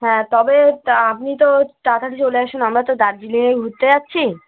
হ্যাঁ তবে আপনি তো তাড়াতাড়ি চলে আসুন আমরা তো দার্জিলিংয়ে ঘুরতে যাচ্ছি